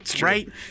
Right